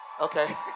Okay